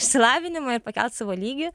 išsilavinimą ir pakelt savo lygį